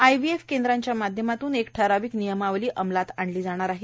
IVF केंद्रांच्या माध्यमातून एक ठरविक नियमावली अमलात आणली जाणार आहे